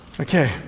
Okay